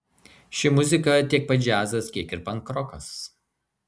ši muzika tiek pat džiazas kiek ir pankrokas